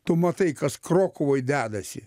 tu matai kas krokuvoj dedasi